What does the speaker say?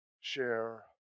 share